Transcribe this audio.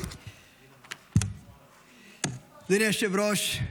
אדוני היושב-ראש,